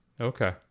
Okay